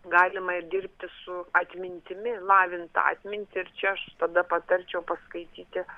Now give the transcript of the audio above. galima ir dirbti su atmintimi lavint atmintį ir čia aš tada patarčiau paskaityti